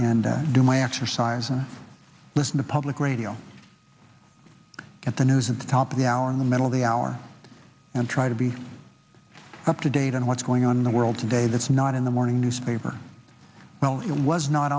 and do my exercise and listen to public radio at the news at the top of the hour in the middle of the hour and try to be up to date on what's going on in the world today that's not in the morning newspaper well it was not